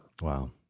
Wow